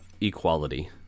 equality